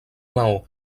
maó